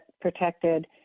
protected